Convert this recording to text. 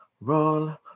roll